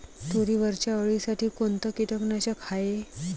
तुरीवरच्या अळीसाठी कोनतं कीटकनाशक हाये?